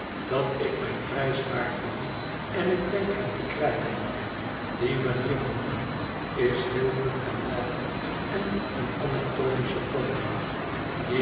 dat ik mijn prijs waard ben en ik denk hem te krijgen die manier van doen is heel goed en wel en een anatomische pomp